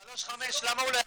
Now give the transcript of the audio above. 35 למה הוא לא יכול,